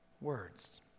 words